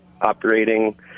operating